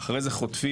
אחרי זה חוטפים.